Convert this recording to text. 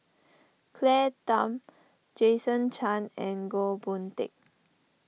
Claire Tham Jason Chan and Goh Boon Teck